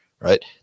right